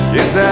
Yes